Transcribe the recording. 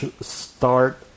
start